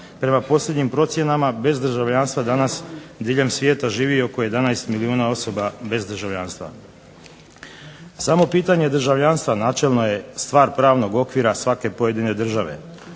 prema posljednjim procjenama bez državljanstva danas diljem svijeta živi oko 11 milijuna osoba bez državljanstva. Samo pitanje državljanstva načelno je stvar pravnog okvira svake pojedine države,